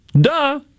Duh